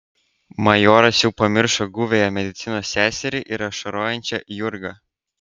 majoras jau pamiršo guviąją medicinos seserį ir ašarojančią jurgą